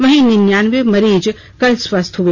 वहीं निन्यानवें मरीज कल स्वस्थ हुए